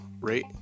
Rate